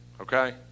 Okay